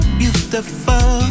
beautiful